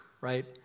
right